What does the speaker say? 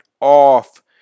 off